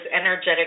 energetic